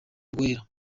uwera